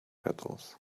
petals